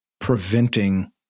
preventing